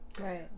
right